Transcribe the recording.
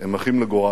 הם אחים לגורל.